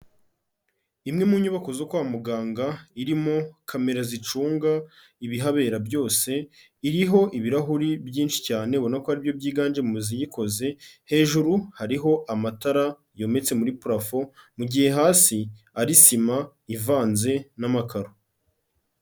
Imwe mu nyubako zo kwa muganga irimo kamera zicunga ibihabera byose, iriho ibirahuri byinshi cyane ubona ko ariryo byiganje mu mizi iyikoze, hejuru hariho amatara yometse muri parafo, mu gihe hasi ari sima ivanze n'amakaro.